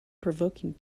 provoking